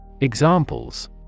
Examples